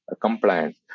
compliance